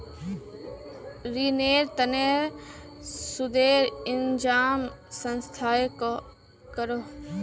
रिनेर तने सुदेर इंतज़ाम संस्थाए करोह